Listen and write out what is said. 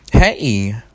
Hey